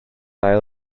ail